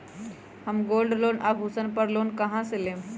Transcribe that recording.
हम अपन गोल्ड आभूषण पर लोन कहां से लेम?